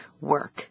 work